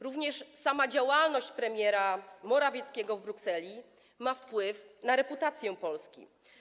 Również sama działalność premiera Morawieckiego w Brukseli ma wpływ na reputację Polski.